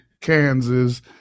Kansas